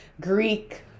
Greek